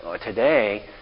today